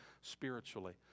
spiritually